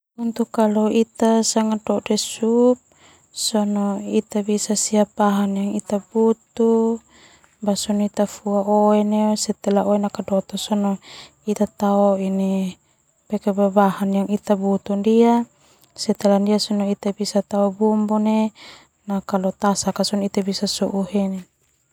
Dode sup ita siap bahan iya butuh dua oe nakadoto tao bahan tao bumbu task sona sou heni